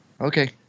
Okay